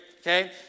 Okay